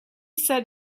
said